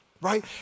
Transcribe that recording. right